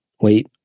wait